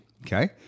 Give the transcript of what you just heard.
Okay